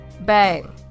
Bang